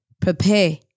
prepare